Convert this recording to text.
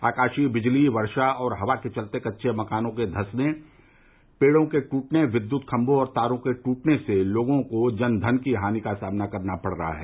आकाशीय बिजली वर्षा और हवा के कारण कच्चे मकानों के धसने पेड़ों के ट्टने विद्युत खम्मों और तारों के टूटने से लोगों को जन धन की हानि का सामना करना पड़ रहा है